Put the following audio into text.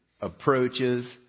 approaches